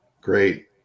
great